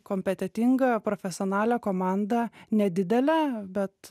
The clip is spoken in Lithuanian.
kompetentingą profesionalią komandą nedidelę bet